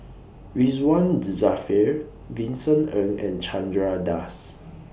Ridzwan Dzafir Vincent Ng and Chandra Das